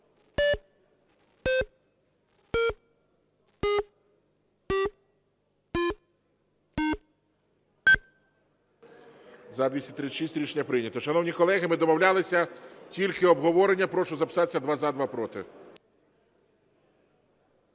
За-236 Рішення прийнято. Шановні колеги, ми домовлялися, тільки обговорення. Прошу записатися: два – за,